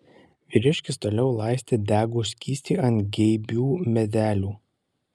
vyriškis toliau laistė degų skystį ant geibių medelių